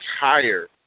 higher